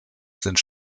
sind